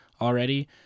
already